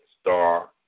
star